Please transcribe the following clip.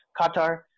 Qatar